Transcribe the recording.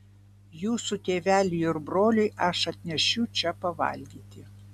jūsų tėveliui ir broliui aš atnešiu čia pavalgyti